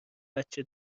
بچه